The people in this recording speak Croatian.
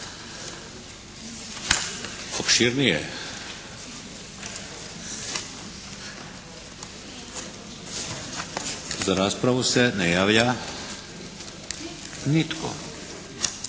Opširnije. Za raspravu se ne javlja nitko.